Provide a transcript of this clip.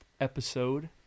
episode